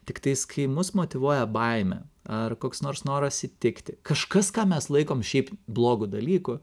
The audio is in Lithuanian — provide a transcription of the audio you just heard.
tiktais kai mus motyvuoja baimė ar koks nors noras įtikti kažkas ką mes laikom šiaip blogu dalyku